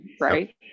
right